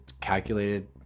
calculated